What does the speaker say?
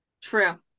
True